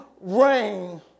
rain